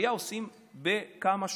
עלייה עושים בכמה שלבים.